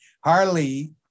Harley